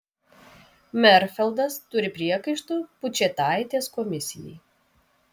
merfeldas turi priekaištų pučėtaitės komisijai